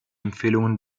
empfehlungen